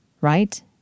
Right